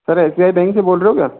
sir S B I bank से बोल रहे हो क्या